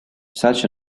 such